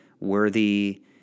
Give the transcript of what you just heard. worthy